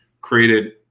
Created